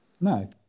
No